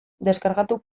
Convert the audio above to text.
deskargatu